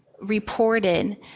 reported